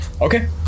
Okay